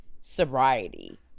sobriety